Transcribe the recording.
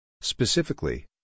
Specifically